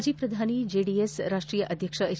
ಮಾಜಿ ಪ್ರಧಾನಿ ಜೆಡಿಎಸ್ ರಾಷ್ಟೀಯ ಅಧ್ಯಕ್ಷ ಎಚ್